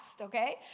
okay